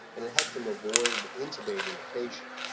and to help them avoid intubating the patient.